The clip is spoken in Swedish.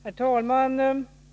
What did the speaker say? Herr talman!